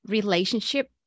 relationship